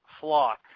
flock